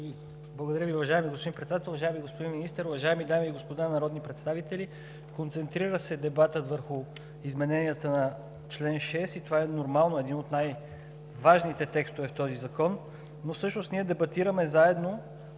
Благодаря Ви, уважаеми господин Председател. Уважаеми господин Министър, уважаеми дами и господа народни представители! Концентрира се дебатът върху измененията на чл. 6 и това е нормално – един от най-важните текстове в този закон, но всъщност ние дебатираме заедно